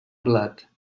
blat